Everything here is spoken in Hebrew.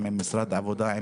גם על משרד העבודה.